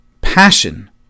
passion